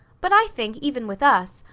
but i think, even with us,